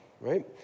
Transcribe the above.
right